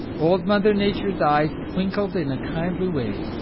old mother nature's eyes twinkled in a kindly way.